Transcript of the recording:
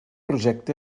projecte